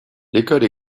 l’école